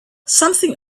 something